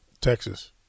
Texas